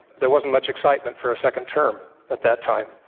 there wasn't much excitement for a second term at that time.